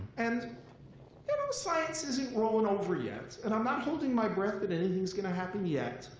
and science isn't rolling over yet. and i'm not holding my breath that anything is going to happen yet.